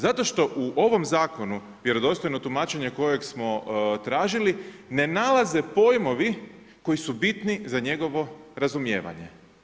Zato što u ovom zakonu vjerodostojno tumačenje kojeg smo tražili ne nalaze pojmovi koji su bitni za njegovo razumijevanje.